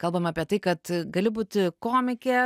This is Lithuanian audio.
kalbame apie tai gali būti komikė